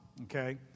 Okay